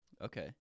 Okay